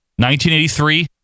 1983